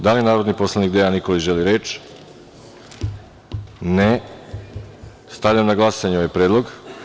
Da li narodni poslanik Dejan Nikolić želi reč? (Ne) Stavljam na glasanje ovaj predlog.